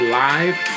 live